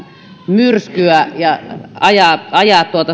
myrskyä ja ajaa